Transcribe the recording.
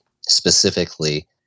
specifically